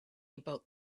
about